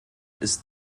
ist